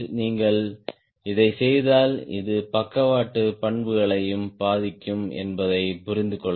நீங்கள் இதைச் செய்தால் இது பக்கவாட்டு பண்புகளையும் பாதிக்கும் என்பதை புரிந்து கொள்ளுங்கள்